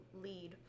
lead